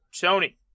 Tony